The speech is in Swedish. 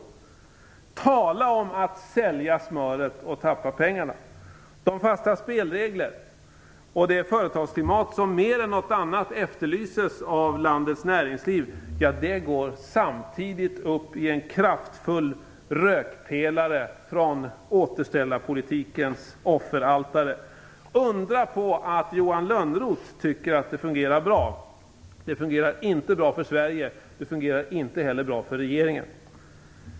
Man kan verkligen tala om att sälja smöret och tappa pengarna. De fasta spelregler och det företagsklimat som mer än något annat efterlyses av landets näringsliv går samtidigt upp i en kraftfull rökpelare från återställarpolitikens offeraltare. Det är inte undra på att Johan Lönnroth tycker att det fungerar bra. Det fungerar inte bra för Sverige. Det fungerar inte heller bra för regeringen.